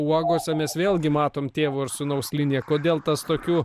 uogose mes vėlgi matom tėvo ir sūnaus liniją kodėl tas tokių